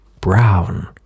brown